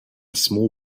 small